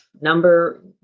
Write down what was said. number